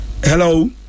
hello